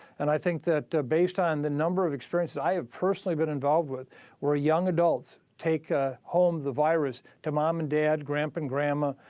and i think that, based on the number of experiences that i have personally been involved with where young adults take ah home the virus to mom and dad, grandpa and grandma,